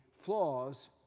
flaws